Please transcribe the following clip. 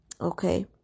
okay